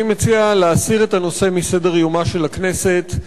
אני מציע להסיר את הנושא מסדר-יומה של הכנסת.